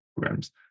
programs